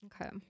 Okay